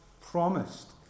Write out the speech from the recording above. promised